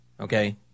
Okay